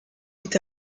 est